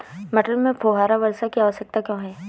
मटर में फुहारा वर्षा की आवश्यकता क्यो है?